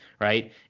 right